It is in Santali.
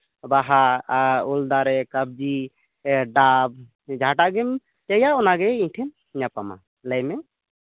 ᱵᱟᱦᱟ ᱩᱞ ᱫᱟᱨᱮ ᱠᱟᱵᱡᱤ ᱰᱟᱵ ᱡᱟᱦᱟᱸᱴᱟᱜ ᱜᱮᱢ ᱪᱟᱹᱭᱟ ᱚᱱᱟᱜᱮ ᱤᱧ ᱴᱷᱮᱱ ᱧᱟᱯᱟᱢᱟ ᱞᱟᱹᱭᱢᱮ